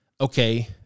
okay